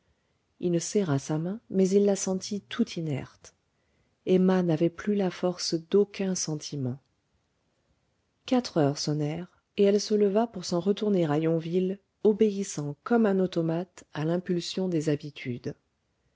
il serra sa main mais il la sentit tout inerte emma n'avait plus la force d'aucun sentiment quatre heures sonnèrent et elle se leva pour s'en retourner à yonville obéissant comme un automate à l'impulsion des habitudes